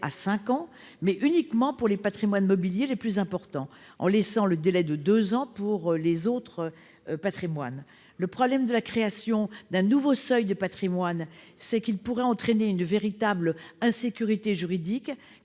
finances, mais uniquement pour les patrimoines mobiliers les plus importants, conservant le délai de deux ans pour les autres patrimoines. La création d'un nouveau seuil de patrimoine pourrait entraîner une véritable insécurité juridique,